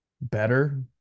better